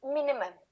Minimum